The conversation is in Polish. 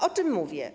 O czym mówię?